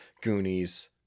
Goonies